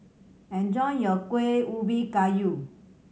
enjoy your Kuih Ubi Kayu